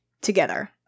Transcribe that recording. together